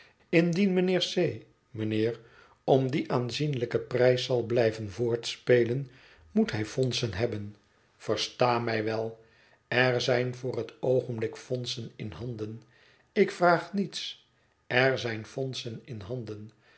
indien mijnheer c mijnheer om dien aanzienlijken prijs zal blijven voortspelen moet hij fondsen hebben versta mij wel er zijn voor het oogenblik fondsen in handen ik vraag niets er zijn fondsen in handen